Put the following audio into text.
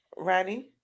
ready